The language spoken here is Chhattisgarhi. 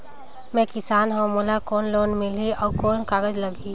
मैं किसान हव मोला कौन लोन मिलही? अउ कौन कागज लगही?